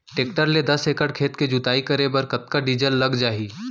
Tractor ले दस एकड़ खेत के जुताई करे बर कतका डीजल लग जाही?